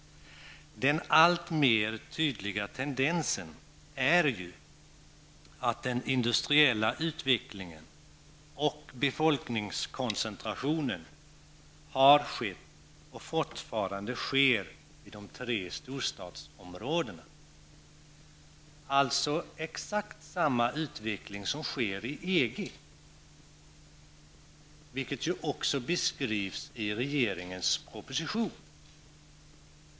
Den alltmer tydliga tendensen är ju att den industriella utvecklingen och befolkningskoncentrationen har skett och fortfarande sker i de tre storstadsområdena. Det är alltså exakt samma utveckling som sker i EG, vilket också beskrivs i regeringens proposition.